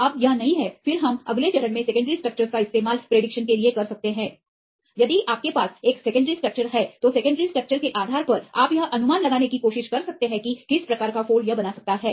अब यह नहीं है फिर हम अगले चरण मे सेकेंड्री स्ट्रक्चरस का इस्तेमाल भविष्यवाणी करने के लिए कर सकते हैं यदि आपके पास एक सेकेंड्री स्ट्रक्चर है तो सेकेंड्री स्ट्रक्चरस के आधार पर आप यह अनुमान लगाने की कोशिश कर सकते हैं कि किस प्रकार का फोल्ड यह सही बना सकता है